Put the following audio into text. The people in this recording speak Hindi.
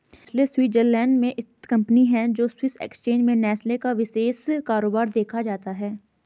नेस्ले स्वीटजरलैंड में स्थित कंपनी है और स्विस एक्सचेंज में नेस्ले का विशेष कारोबार देखा जाता है